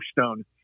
stone